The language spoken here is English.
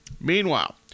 Meanwhile